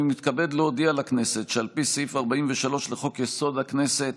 אני מתכבד להודיע לכנסת שעל פי סעיף 43 לחוק-יסוד: הכנסת,